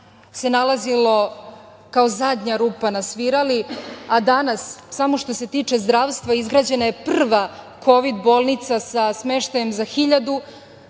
se nalazilo kao zadnja rupa na svirali, a danas samo što se tiče zdravstva izgrađena je prva Kovid bolnica sa smeštajem za 1.000